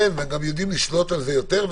כן, הם יודעים לשלוט על זה יותר.